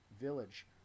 village